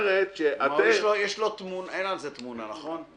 אין על זה תמונה נכון?